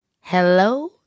hello